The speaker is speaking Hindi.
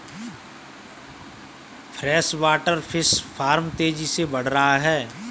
फ्रेशवाटर फिश फार्म तेजी से बढ़ रहा है